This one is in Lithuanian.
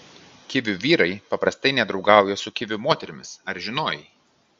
kivių vyrai paprastai nedraugauja su kivių moterimis ar žinojai